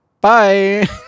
Bye